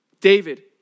David